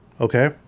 okay